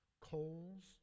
Coals